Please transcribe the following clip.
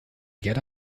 gerda